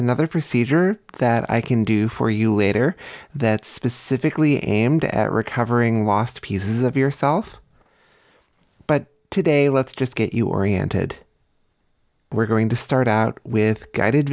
another procedure that i can do for you later that specifically aimed at recovering lost pieces of yourself but today let's just get you oriented we're going to start out with guided